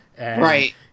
Right